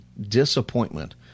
disappointment